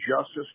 justice